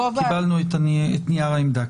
קיבלנו את נייר העמדה.